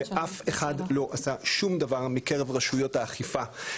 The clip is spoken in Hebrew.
ואף אחד לא עשה שום דבר מקרב רשויות האכיפה,